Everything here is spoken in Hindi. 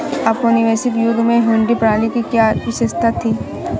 औपनिवेशिक युग में हुंडी प्रणाली की क्या विशेषता थी?